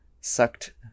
sucked